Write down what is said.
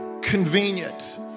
convenient